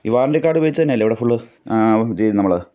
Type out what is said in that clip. ഈ വാറൻറ്റി കാർഡുപയോഗിച്ചന്നല്ലെ ഇവിടെ ഫുള്ള് ഇതു ചെയ്യുന്ന നമ്മൾ